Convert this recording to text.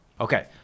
Okay